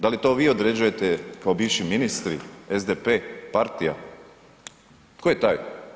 Da li to vi određujete kao bivši ministri SDP, partija, tko je taj?